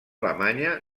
alemanya